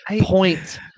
point